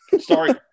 Sorry